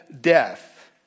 death